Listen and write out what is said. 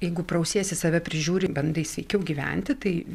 jeigu prausiesi save prižiūri bandai sveikiau gyventi tai